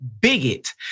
bigot